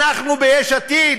אנחנו ביש עתיד,